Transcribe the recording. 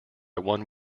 one